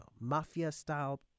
mafia-style